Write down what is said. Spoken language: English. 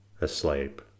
asleep